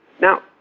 Now